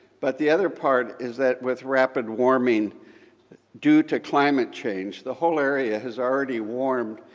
but the other part is that with rapid warming due to climate change, the whole area has already warmed,